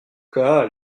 cas